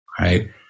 right